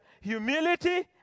Humility